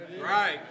Right